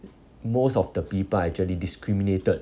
most of the people are actually discriminated